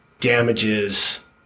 damages